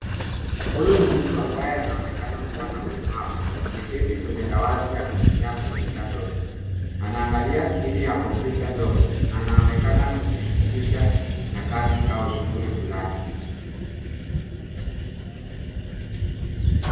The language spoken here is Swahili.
Huyu ni mtu ambaye anaoneka kuwa na ulemavu, ameketi kwenye dawati akitumia kompyuta ndogo, Anaangalia skirini ya kompyuta ndogo, na anaonekana kujishughulisha na kazi au shughuli fulani.